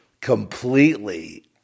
completely